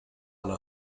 على